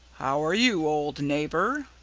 how are you, old neighbour?